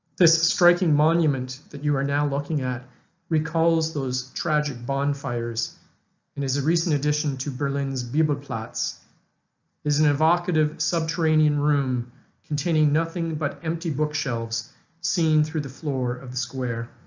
this striking monument that you are now looking at recalls those tragic bonfires and is a recent addition to berlin's bibelplatz is an evocative subterranean room containing nothing but empty bookshelves seen through the floor of the square.